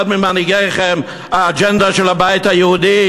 אחד ממנהיגיכם: "האג'נדה של הבית היהודי,